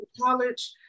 college